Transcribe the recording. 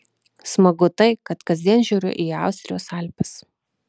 smagu tai kad kasdien žiūriu į austrijos alpes